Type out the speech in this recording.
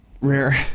Rare